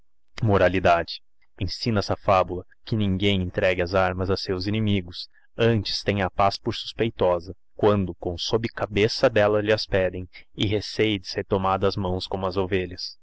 degoladas ensina esta fabula que ninguém entregue as armas a seus inimigos antes tenha a paz por suspeitosa quando com sob cabeça delia lhas pedem e recêe de ser tomado ás mãos como as ovelhas